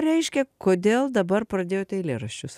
reiškia kodėl dabar pradėjot eilėraščius